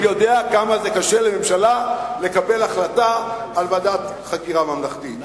אני יודע כמה זה קשה לממשלה לקבל החלטה על ועדת חקירה ממלכתית.